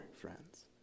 friends